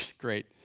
great.